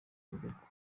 gako